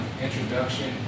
introduction